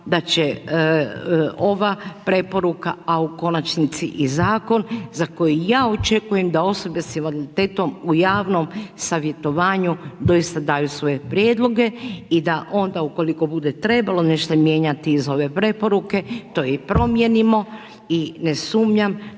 da će ova preporuka a u konačnici i zakon za koji ja očekujem da osobe sa invaliditetom u javnom savjetovanju doista daju svoje prijedloge i da onda ukoliko bude trebalo, nešto mijenjati iz ove preporuke, to i promijenimo ine sumnjam